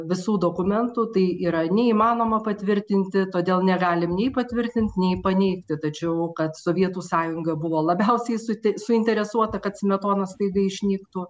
visų dokumentų tai yra neįmanoma patvirtinti todėl negalim nei patvirtint nei paneigti tačiau kad sovietų sąjunga buvo labiausiai sute suinteresuota kad smetona staiga išnyktų